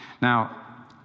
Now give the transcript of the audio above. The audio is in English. Now